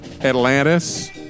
Atlantis